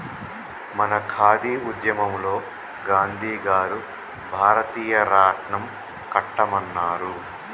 మన ఖాదీ ఉద్యమంలో గాంధీ గారు భారతీయ రాట్నం కట్టమన్నారు